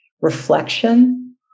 reflection